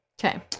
Okay